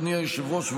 אדוני היושב-ראש,